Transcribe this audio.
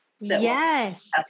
Yes